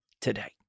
today